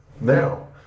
Now